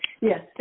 Yes